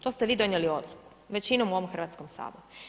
To ste vi donijeli odluku većinom u ovom Hrvatskom saboru.